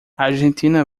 argentina